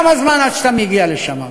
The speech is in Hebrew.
כמה זמן עד שאתה מגיע לשם.